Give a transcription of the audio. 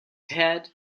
head